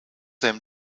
them